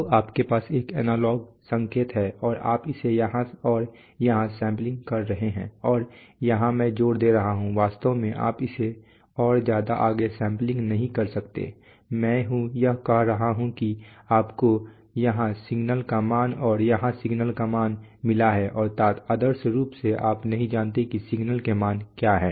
तो आपके पास एक एनालॉग संकेत है और आप इसे यहाँ और यहाँ सेंपलिंग कर रहे हैं और यहाँ मैं जोर दे रहा हूं वास्तव में आप इसे और ज्यादा आगे सैंपलिंग नहीं करते हैं मैं यह कह रहा है कि आपको यहां सिग्नल का मान और यहां सिग्नल का मान मिला है और आदर्श रूप से आप नहीं जानते कि सिग्नल के मान क्या हैं